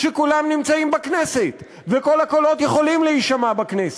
שכולם נמצאים בכנסת וכל הקולות יכולים להישמע בכנסת.